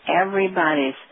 everybody's